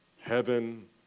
Heaven